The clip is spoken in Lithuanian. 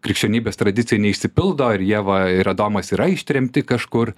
krikščionybės tradicija neišsipildo ir ieva ir adomas yra ištremti kažkur